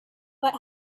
what